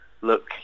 look